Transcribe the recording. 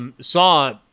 saw